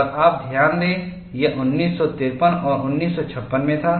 और आप ध्यान दें यह 1953 और 1956 में था